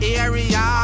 area